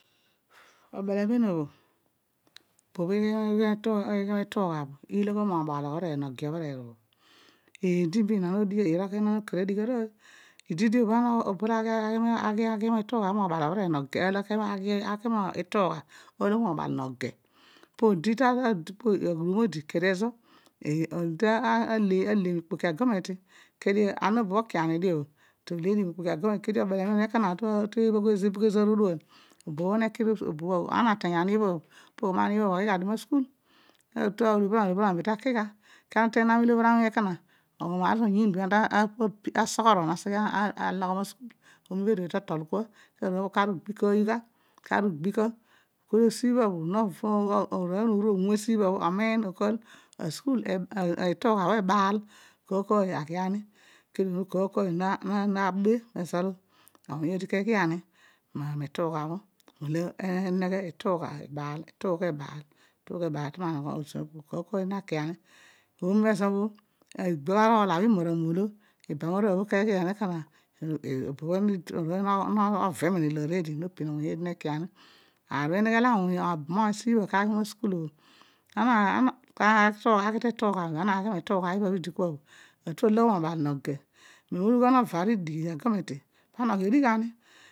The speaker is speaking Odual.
Obel amem obho obo bho ighi gha miitugha bho iloghom obal obhereer bho eedi be inon odigh arooy eedi irol inon odigh arooy idid bho kobo kobo olo aghi mesi ituugha bho mobal obhereer ooy olo oba aghi ka aloghom oba noge teebhugh ezoor odual ana ateeny ani obhobh ani bhobh oghi gha dio masukul olobhir oony olobhir oony be ta ki gha kedio to omo eedi ilobhir awuny oniin be mobho to soron moobhin oghi asukul obho ididi bho pezo ukar ugbi kaay gha kedio esi bha bho obo ema bho novim min loor eedi nekiani aar idighi olo obam oony ka ghi ma sukul obho amem atu aloghom mobal nege amem agometi notu moologhom mar ooy mogir podi odighani ogir bho pana oghi odighani